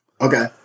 okay